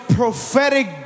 prophetic